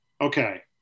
okay